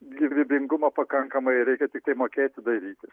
gyvybingumo pakankamai reikia tiktai mokėti dairytis